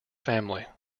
family